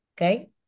Okay